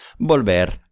Volver